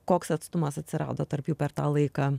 koks atstumas atsirado tarp jų per tą laiką